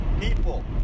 people